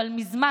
אבל מזמן,